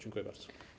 Dziękuję bardzo.